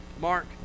Mark